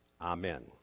Amen